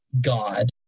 god